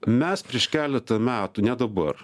mes prieš keletą metų ne dabar